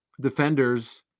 defenders